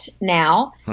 now